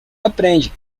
aprende